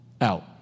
out